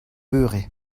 beure